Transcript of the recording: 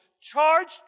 charged